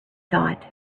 thought